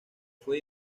fue